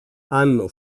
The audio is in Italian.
hanno